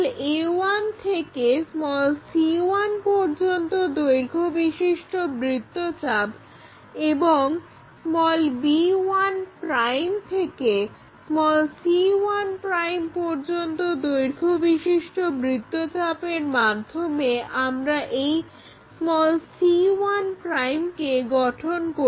a1 থেকে c1 পর্যন্ত দৈর্ঘ্যবিশিষ্ট বৃত্তচাপ এবং b1 থেকে c1 পর্যন্ত দৈর্ঘ্যবিশিষ্ট বৃত্তচাপের মাধ্যমে আমরা এই c1 কে গঠন করি